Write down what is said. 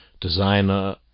designer